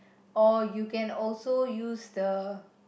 or you can also use the